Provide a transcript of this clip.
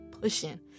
pushing